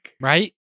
Right